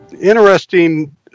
interesting